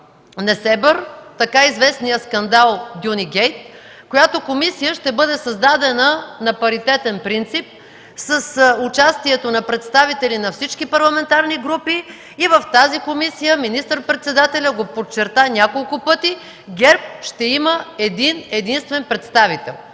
Несебър, така известният скандал „Дюни гейт”, която комисия ще бъде създадена на паритетен принцип с участието на представители на всички парламентарни групи и в тази комисия – министър-председателят го подчерта няколко пъти, ГЕРБ ще има един-единствен представител